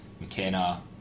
McKenna